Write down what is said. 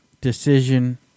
decision